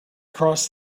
cross